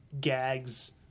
gags